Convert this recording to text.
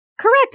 Correct